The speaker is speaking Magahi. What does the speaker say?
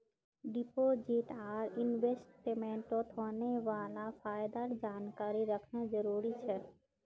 डिपॉजिट आर इन्वेस्टमेंटत होने वाला फायदार जानकारी रखना जरुरी छे